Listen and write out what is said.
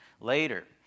Later